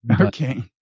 Okay